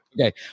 Okay